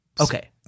Okay